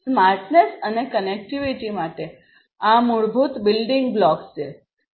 smartness અને connectivity માટે આ મૂળભૂત બિલ્ડિંગ બ્લોક્સ છે